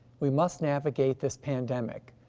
we must navigate this pandemic,